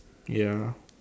ya